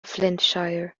flintshire